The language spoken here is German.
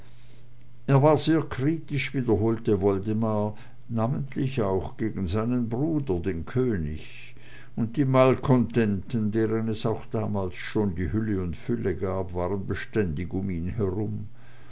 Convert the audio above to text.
er war sehr kritisch wiederholte woldemar namentlich auch gegen seinen bruder den könig und die malkontenten deren es auch damals schon die hülle und fülle gab waren beständig um ihn herum